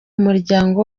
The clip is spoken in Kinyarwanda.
muryango